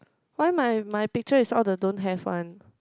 why my my picture is all the don't have one